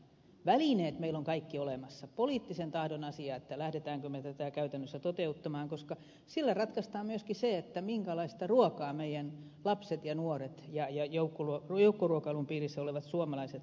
kaikki välineet meillä on olemassa poliittisen tahdon asia on lähdemmekö tätä käytännössä toteuttamaan koska sillä ratkaistaan myöskin se minkälaista ruokaa meidän lapsemme ja nuoremme ja joukkoruokailun piirissä olevat suomalaiset saavat